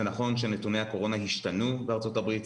זה נכון שנתוני הקורונה השתנו בארצות הברית.